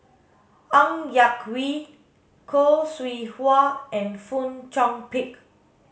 Ng Yak Whee Khoo Seow Hwa and Fong Chong Pik